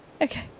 Okay